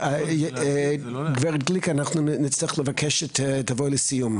גב' גליק, נבקש לסיים.